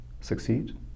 succeed